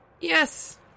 Yes